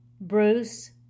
Bruce